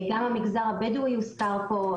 גם המגזר הבדואי הוזכר פה.